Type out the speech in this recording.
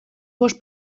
bost